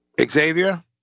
Xavier